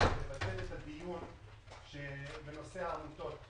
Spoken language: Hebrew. לבטל את הדיון בנושא העמותות,